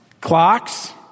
clocks